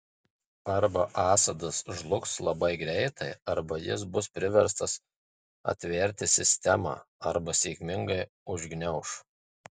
arba assadas žlugs labai greitai arba jis bus priverstas atverti sistemą arba sėkmingai užgniauš